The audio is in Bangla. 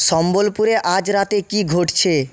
সম্বলপুরে আজ রাতে কী ঘটছে